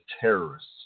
terrorists